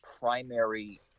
primary